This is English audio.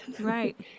right